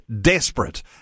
desperate